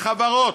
לחברות,